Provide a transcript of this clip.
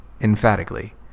emphatically